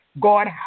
God